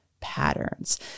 patterns